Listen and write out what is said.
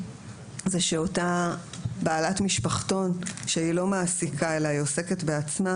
זה שאותה בעלת משפחתון שהיא לא מעסיקה אלא היא עוסקת בעצמה,